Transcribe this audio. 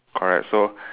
correct so